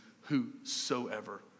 Whosoever